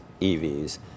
EVs